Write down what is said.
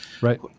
Right